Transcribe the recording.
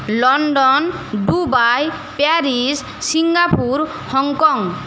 London Dubai Paris Singapore Hong Kong